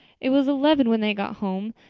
it was eleven when they got home,